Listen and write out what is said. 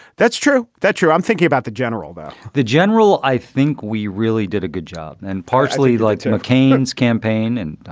that's true. that's your. i'm thinking about the general about the general. i think we really did a good job and partially led to mccain's campaign and